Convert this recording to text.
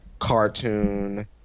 cartoon